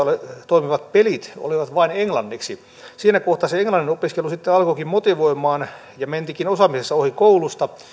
toimivat pelit olivat vain englanniksi siinä kohtaa se englannin opiskelu sitten alkoikin motivoimaan ja mentiinkin osaamisessa ohi koulusta